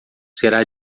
será